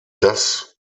das